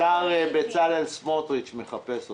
גפני, השר בצלאל סמוטריץ' מחפש אותך,